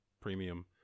premium